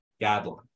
guidelines